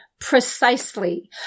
precisely